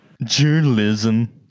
journalism